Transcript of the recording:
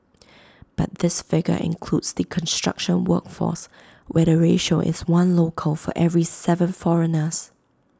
but this figure includes the construction workforce where the ratio is one local for every Seven foreigners